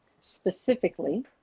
specifically